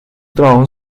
trabajo